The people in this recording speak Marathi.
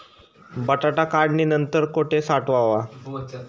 बटाटा काढणी नंतर कुठे साठवावा?